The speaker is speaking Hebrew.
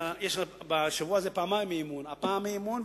יש בשבוע הזה פעמיים אי-אמון: הפעם אי-אמון,